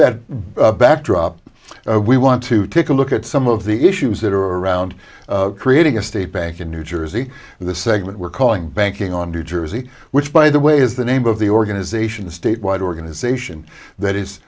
that backdrop we want to take a look at some of the issues that are around creating a state bank in new jersey the segment we're calling banking on new jersey which by the way is the name of the organization the statewide organization that is